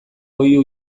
oihu